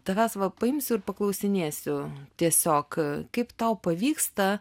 tavęs va paimsiu ir paklausinėsiu tiesiog kaip tau pavyksta